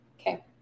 Okay